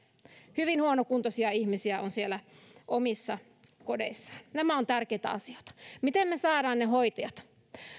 hyvin huonokuntoisia ihmisiä on siellä omissa kodeissaan nämä ovat tärkeitä asioita miten me saamme ne hoitajat